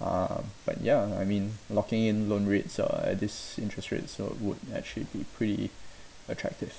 uh but ya I mean locking in loan rates or at this interest rates so it would actually be pretty attractive